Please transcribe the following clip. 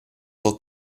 for